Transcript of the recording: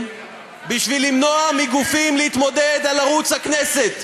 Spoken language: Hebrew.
בשביל למנוע מגופים להתמודד על ערוץ הכנסת.